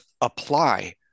apply